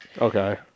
okay